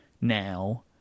now